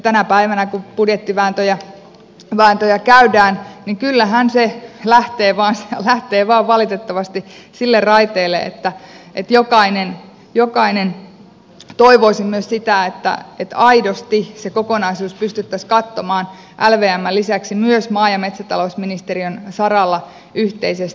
tänä päivänä kun budjettivääntöjä käydään niin kyllähän se lähtee vain valitettavasti sille raiteelle että jokainen toivoisi myös sitä että aidosti se kokonaisuus pystyttäisiin katsomaan lvmn lisäksi myös maa ja metsätalousministeriön saralla yhteisesti